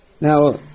Now